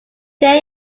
dare